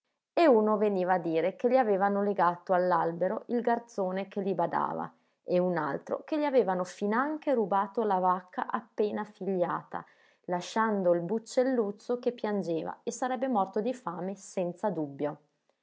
e uno veniva a dire che gli avevano legato all'albero il garzone che li badava e un altro che gli avevano finanche rubato la vacca appena figliata lasciando il buccelluzzo che piangeva e sarebbe morto di fame senza dubbio